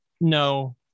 No